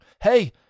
hey